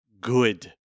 good